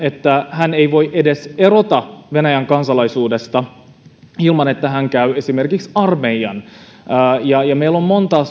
että hän ei voi edes erota venäjän kansalaisuudesta ilman että hän käy esimerkiksi armeijan ja ja meillä on monta